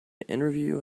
interview